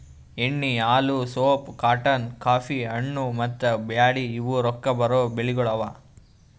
ಎಣ್ಣಿ, ಹಾಲು, soap, cotton, coffee, ಹಣ್ಣು, ಮತ್ತ ಬ್ಯಾಳಿ ಇವು ರೊಕ್ಕಾ ಬರೋ ಬೆಳಿಗೊಳ್ ಅವಾ